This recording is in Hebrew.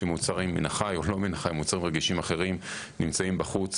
שמוצרים מן החי או מוצרים רגישים אחרים נמצאים בחות,